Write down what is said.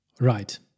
Right